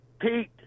Pete